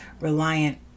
reliant